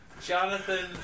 Jonathan